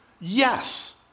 yes